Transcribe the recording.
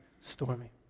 stormy